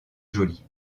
jolie